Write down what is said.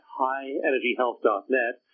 highenergyhealth.net